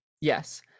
Yes